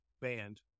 band